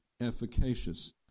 efficacious